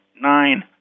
nine